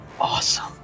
Awesome